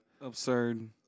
Absurd